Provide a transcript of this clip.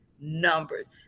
numbers